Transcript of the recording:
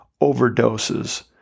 overdoses